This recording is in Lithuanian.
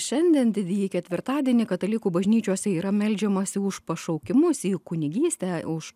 šiandien didįjį ketvirtadienį katalikų bažnyčiose yra meldžiamasi už pašaukimus į kunigystę už